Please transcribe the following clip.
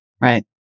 right